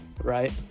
Right